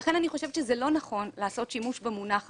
לכן, אני חושבת שלא נכון לעשות שימוש במונח הזה.